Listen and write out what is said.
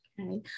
Okay